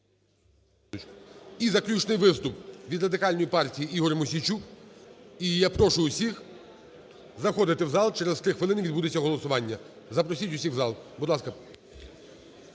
І заключний виступ від Радикальної партії. ІгорМосійчук. І я прошу всіх заходити в зал, через три хвилини відбудеться голосування. Запросіть усіх в зал. Будь ласка.